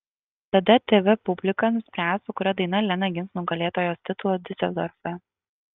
tada tv publika nuspręs su kuria daina lena gins nugalėtojos titulą diuseldorfe